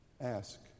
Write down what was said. Ask